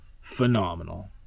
Phenomenal